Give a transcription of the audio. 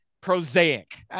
prosaic